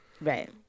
right